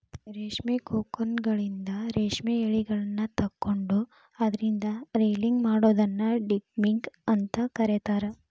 ರೇಷ್ಮಿ ಕೋಕೂನ್ಗಳಿಂದ ರೇಷ್ಮೆ ಯಳಿಗಳನ್ನ ತಕ್ಕೊಂಡು ಅದ್ರಿಂದ ರೇಲಿಂಗ್ ಮಾಡೋದನ್ನ ಡಿಗಮ್ಮಿಂಗ್ ಅಂತ ಕರೇತಾರ